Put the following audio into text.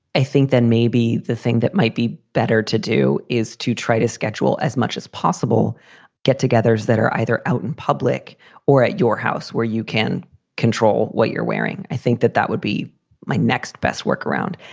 i think that may maybe the thing that might be better to do is to try to schedule as much as possible get togethers that are either out in public or at your house where you can control what you're wearing. i think that that would be my next best work around.